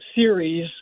series